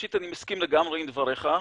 ראשית אני מסכים לגמרי עם דבריך.